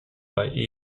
bei